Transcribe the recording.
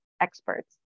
experts